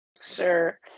Sure